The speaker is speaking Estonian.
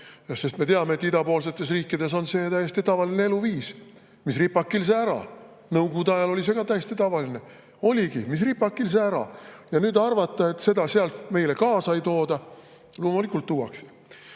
on. Me teame, et idapoolsetes riikides on see täiesti tavaline eluviis – mis ripakil, see ära. Nõukogude ajal oli see ka täiesti tavaline. Oligi nii: mis ripakil, see ära. Ja nüüd [ei tasu] arvata, et seda sealt meile kaasa ei tooda. Loomulikult tuuakse.